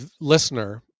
listener